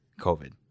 COVID